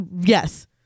yes